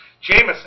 Jameson